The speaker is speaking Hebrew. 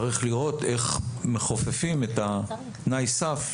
צריך לראות איך מכופפים את תנאי הסף